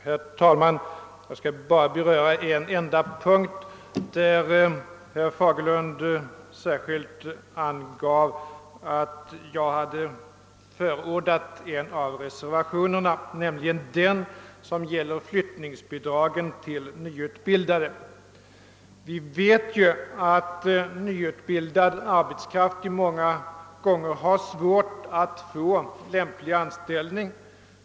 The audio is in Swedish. Herr talman! Jag skall beröra en enda punkt där herr Fagerlund särskilt angav att jag hade talat för en av reservationerna, nämligen den som gäller flyttningsbidragen till nyutbildade. Vi vet att nyutbildad arbetskraft många gånger har svårt att få lämplig anställning.